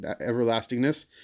everlastingness